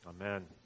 Amen